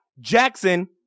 Jackson